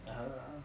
ugh